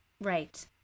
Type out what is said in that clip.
Right